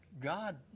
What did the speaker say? God